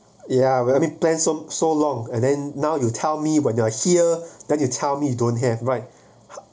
ya let me plan some so long and then now you tell me when you are here then you tell me don't have right